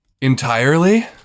Entirely